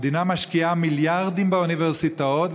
המדינה משקיעה מיליארדים באוניברסיטאות,